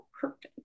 perfect